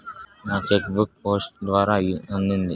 నా cheque book post ద్వారా అందింది